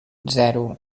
zero